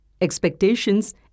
expectations